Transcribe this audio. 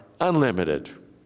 unlimited